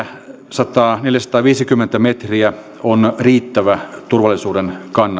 neljäsataa viiva neljäsataaviisikymmentä metriä on riittävä turvallisuuden kannalta